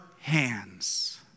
hands